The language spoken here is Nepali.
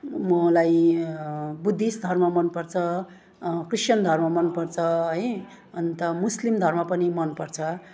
मलाई बुद्धिस्ट धर्म मनपर्छ क्रिस्टियन धर्म मनपर्छ है अन्त मुस्लिम धर्म पनि मनपर्छ